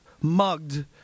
mugged